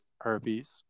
herpes